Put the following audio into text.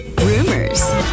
rumors